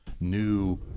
new